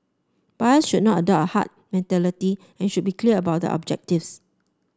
buyers should not adopt a herd mentality and should be clear about their objectives